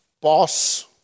boss